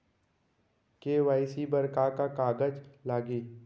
KYC बर का का कागज लागही?